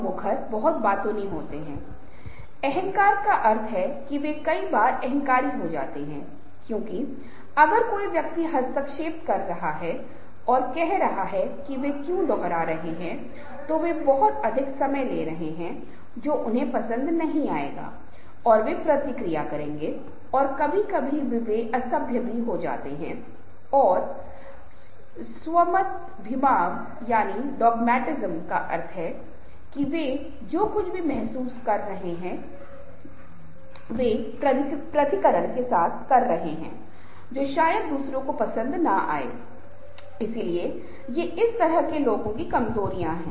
इसलिए किसी अन्य व्यक्ति की शैली के अनुरूप कई कौशल विकसित करना बेहतर होता है अगर कोई व्यक्ति एक विशेष शैली रखता है और अगर मैं उस तरह का व्यवहार करने की कोशिश कर रहा हूं तो वह दूसरों की तुलना में अधिक उपयुक्त हो सकता है इसलिए शैली बहुत महत्वपूर्ण है और निश्चित रूप से कुछ भी ईमानदारी कड़ी मेहनत और अपनेपन की भावना को प्रतिस्थापित नहीं कर सकता है व्यक्ति को उचित सम्मान दिया जाना चाहिए जो वह भी मायने रखता है वह भी मायने रखता है और उन्हें प्राप्त करने के लिए एक निश्चित लक्ष्य है और ये चीजें संभव होंगी केवल तभी समूह में कोई व्यक्ति उचित तरीके से अच्छे तरीके से बोलने की कोशिश कर रहा है